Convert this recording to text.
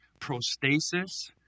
prostasis